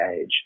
age